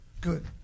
Good